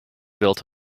built